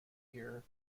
here